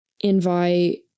invite